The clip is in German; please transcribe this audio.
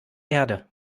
erde